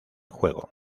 juego